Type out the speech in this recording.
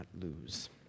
lose